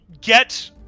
get